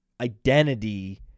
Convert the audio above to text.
identity